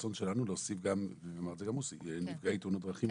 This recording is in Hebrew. הרצון שלנו להוסיף גם נפגעי תאונות דרכים,